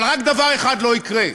אבל רק דבר אחד לא יקרה: